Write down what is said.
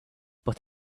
but